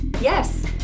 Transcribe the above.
yes